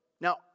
Now